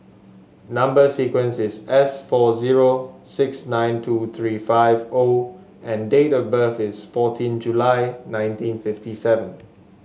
number sequence is S four zero six nine two three five O and date of birth is fourteen July nineteen fifty seven